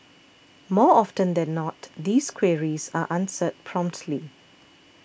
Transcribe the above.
more often than not these queries are answered promptly